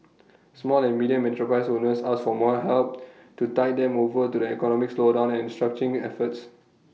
small and medium enterprise owners asked for more help to tide them over to the economic slowdown and restructuring efforts